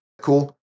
cool